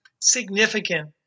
significant